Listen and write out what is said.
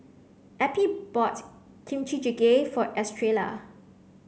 Eppie bought Kimchi Jjigae for Estrella